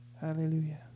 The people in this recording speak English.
Hallelujah